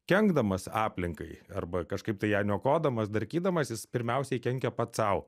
kenkdamas aplinkai arba kažkaip tai ją niokodamas darkydamasis pirmiausiai kenkia pats sau